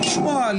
לשמוע,